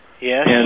Yes